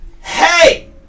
hey